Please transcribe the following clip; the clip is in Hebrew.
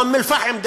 באום-אלפחם,